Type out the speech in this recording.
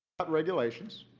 but regulations,